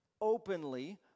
openly